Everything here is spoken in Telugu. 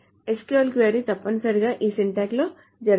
SQL క్వరీ తప్పనిసరిగా ఈ సింటాక్స్ లో జరగాలి